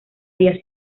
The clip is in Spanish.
día